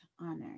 honor